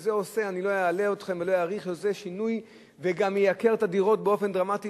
שזה עושה שינוי וגם מייקר את הדירות באופן דרמטי,